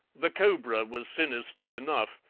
the cobra was sinister enough,